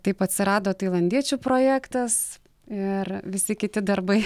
taip atsirado tailandiečių projektas ir visi kiti darbai